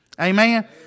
Amen